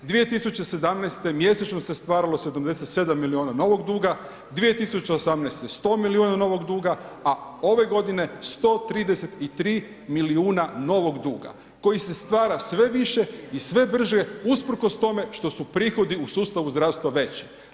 2017. mjesečno se stvaralo 77 milijuna novog duga, 2018. 100 milijuna novog duga a ove godine 133 milijuna novog duga koji se stvara sve više i sve brže usprkos tome što su prihodi u sustavu zdravstva veći.